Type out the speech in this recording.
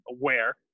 aware